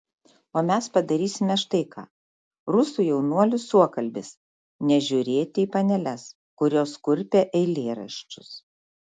o mes padarysime štai ką rusų jaunuolių suokalbis nežiūrėti į paneles kurios kurpia eilėraščius